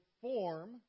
form